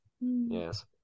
Yes